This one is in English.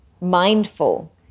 mindful